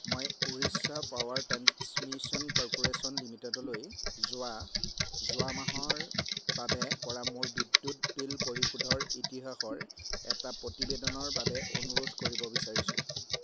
মই Orissa power transmission corporation লিমিটেডলৈ যোৱা যোৱা মাহৰ বাবে কৰা মোৰ বিদ্যুৎ বিল পৰিশোধৰ ইতিহাসৰ এটা প্ৰতিবেদনৰ বাবে অনুৰোধ কৰিব বিচাৰিছোঁ